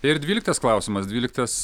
ir dvyliktas klausimas dvyliktas